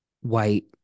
white